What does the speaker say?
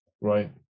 right